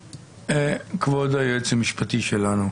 כבוד היועץ המשפטי שלנו,